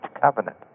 covenant